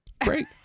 Great